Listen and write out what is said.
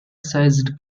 sized